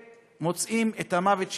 ומוצאים את המוות שלנו,